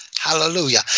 Hallelujah